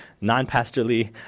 Non-pastorly